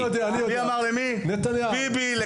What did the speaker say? נתניהו.